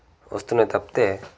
వస్తున్నాయి తప్పితే